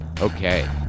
Okay